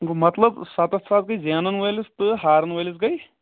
گوٚو مطلب سَتَتھ ساس گٔیے زینن وٲلِس تہٕ ہارَن وٲلِس گٔیے